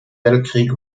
weltkrieg